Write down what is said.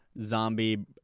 zombie